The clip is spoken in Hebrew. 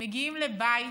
מגיעים לבית